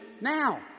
now